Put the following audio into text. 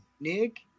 Nick